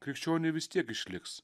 krikščioniui vis tiek išliks